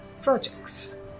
projects